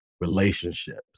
relationships